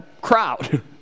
crowd